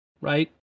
right